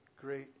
great